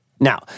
Now